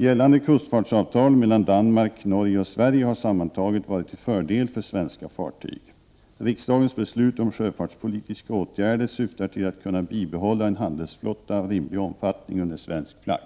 Gällande kustfartsavtal mellan Danmark, Norge och Sverige har sammantaget varit till fördel för svenska fartyg. Riksdagens beslut om sjöfartspolitiska åtgärder syftar till att kunna bibehålla en handelsflotta av rimlig 17 omfattning under svensk flagg.